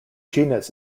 genus